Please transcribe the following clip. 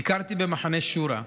ביקרתי במחנה שורה,